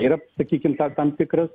yra sakykim tam tikras